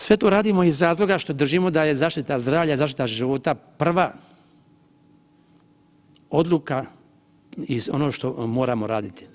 Sve to radimo iz razloga što držimo da je zaštita zdravlja i zaštita život prva odluka iz ono što moramo raditi.